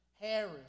Harris